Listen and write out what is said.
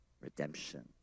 redemption